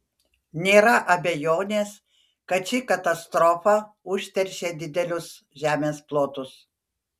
nėra abejonės kad ši katastrofa užteršė didelius žemės plotus